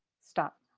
stop.